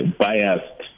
biased